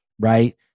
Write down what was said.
right